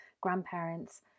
grandparents